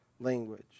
language